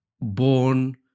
born